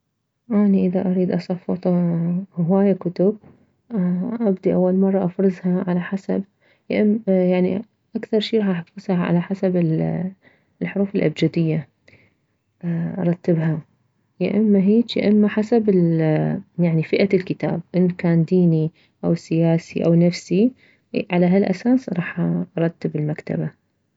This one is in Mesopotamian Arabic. اني اذا اريد اصفط هواية كتب ابدي اول مرة افرزها على حسب يا اما يعني اكثر شي راح افرزها على حسب الحروف الابجدية ارتبها يا اما هيج يا اما حسب يعني فئة الكتاب ان كان ديني او سياسي او نفسي على هالاساس راح ارتب المكتبة